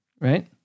Right